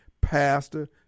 pastor